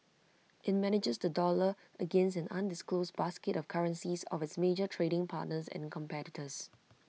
IT manages the dollar against an undisclosed basket of currencies of its major trading partners and competitors